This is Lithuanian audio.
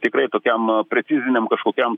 tikrai tokiam preciziniam kažkokiam